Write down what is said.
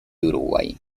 uruguay